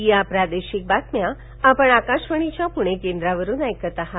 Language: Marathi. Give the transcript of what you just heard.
या प्रादेशिक बातम्या आपण आकाशवाणीच्या पुणे केंद्रावरुन ऐकत आहात